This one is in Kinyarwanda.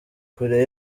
kure